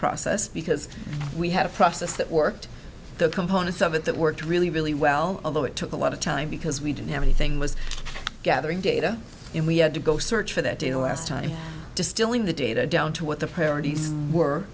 process because we had a process that worked the components of it that worked really really well although it took a lot of time because we didn't have anything was gathering data and we had to go search for that data last time distilling the data down to what the priorities